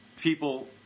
people